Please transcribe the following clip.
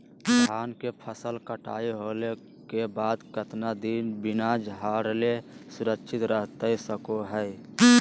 धान के फसल कटाई होला के बाद कितना दिन बिना झाड़ले सुरक्षित रहतई सको हय?